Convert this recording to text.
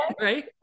right